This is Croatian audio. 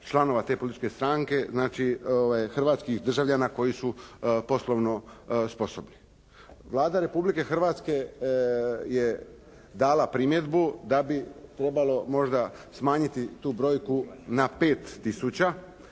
članova te političke stranke, znači hrvatskih državljana koji su poslovno sposobni. Vlada Republike Hrvatske je dala primjedbu da bi trebalo možda smanjiti tu brojku na 5 tisuća